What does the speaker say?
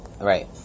right